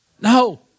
No